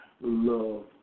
love